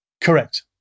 Correct